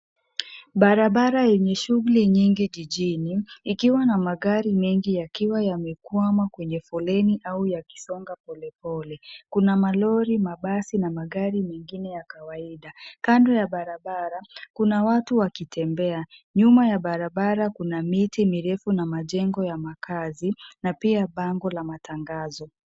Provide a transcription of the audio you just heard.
Barabara yenye shughuli nyingi jijini ikiwa na magari mengi yakiwa yamekwama kwenye foleni au yakisonga polepole. Kuna malori, mabasi na magari mengine ya kawaida. Kando ya barabara kuna watu wakitembea. Nyuma ya barabara kuna miti mirefu na majengo ya makazi na pia bango la matangazo.